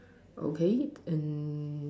okay and